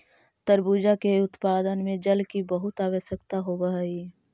तरबूजा के उत्पादन में जल की बहुत आवश्यकता होवअ हई